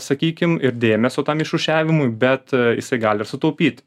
sakykim ir dėmesio tam išrūšiavimui bet jisai gali sutaupyt